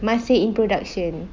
masih in production